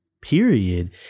period